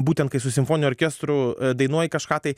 būtent kai su simfoniniu orkestru dainuoji kažką tai